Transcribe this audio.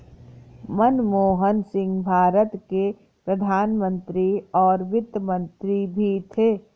मनमोहन सिंह भारत के प्रधान मंत्री और वित्त मंत्री भी थे